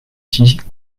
dix